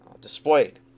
displayed